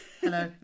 hello